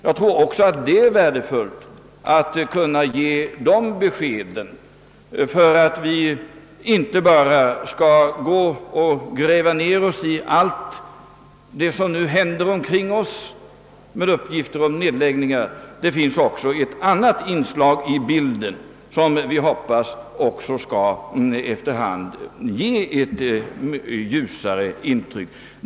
Jag tror att det är värdefullt att också kunna ge detta besked för att vi inte bara skall stirra oss blinda på de uppgifter om nedläggningar som nu lämnas. Det finns också ett annat inslag i bilden, som vi hoppas efter hand skall ge ett ljusare intryck.